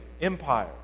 empire